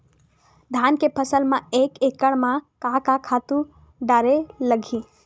धान के फसल म एक एकड़ म का का खातु डारेल लगही?